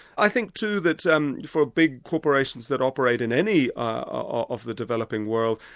i think too that so um for big corporations that operate in any of the developing world,